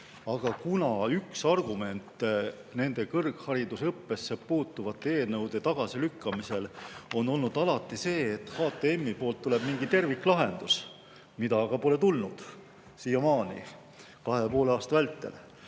aga kuna üks argument nende kõrgharidusõppesse puutuvate eelnõude tagasilükkamisel on olnud alati see, et HTM-ilt tuleb mingi terviklahendus, mida aga pole kahe ja poole aasta vältel